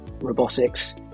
robotics